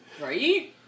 Right